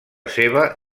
seva